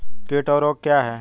कीट और रोग क्या हैं?